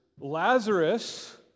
Lazarus